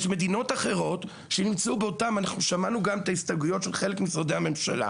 אנחנו שמענו את ההסתייגויות של חלק ממשרדי הממשלה,